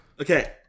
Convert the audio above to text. Okay